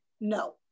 No